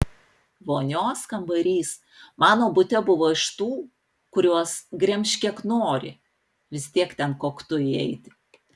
vonios kambarys mano bute buvo iš tų kuriuos gremžk kiek nori vis tiek ten koktu įeiti